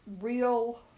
real